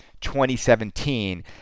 2017